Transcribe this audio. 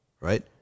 Right